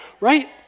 right